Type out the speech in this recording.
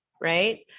right